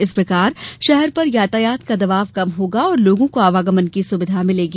इस प्रकार शहर पर यातायात का दबाव कम होगा और लोगों को आवागमन की सुविधा मिलेगी